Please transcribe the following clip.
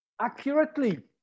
accurately